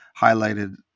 highlighted